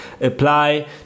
apply